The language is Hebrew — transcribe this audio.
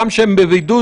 גם כשהם בבידוד,